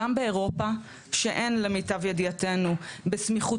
גם באירופה שאין למיטב ידיעתנו בסמיכות